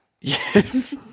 Yes